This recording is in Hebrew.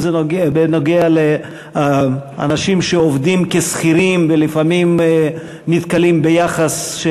אם זה בנוגע לאנשים שעובדים כשכירים ולפעמים נתקלים ביחס,